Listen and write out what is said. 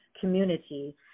community